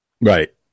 Right